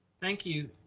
thank you,